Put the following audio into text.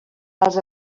els